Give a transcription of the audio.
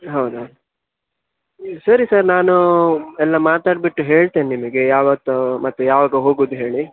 ಹೌದಾ ಸರಿ ಸರ್ ನಾನು ಎಲ್ಲ ಮಾತಾಡ್ಬಿಟ್ಟು ಹೇಳ್ತೇನೆ ನಿಮಗೆ ಯಾವತ್ತು ಮತ್ತು ಯಾವಾಗ ಹೋಗುವುದು ಹೇಳಿ